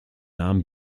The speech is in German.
namen